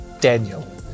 daniel